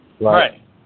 Right